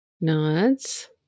Nods